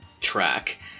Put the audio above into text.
track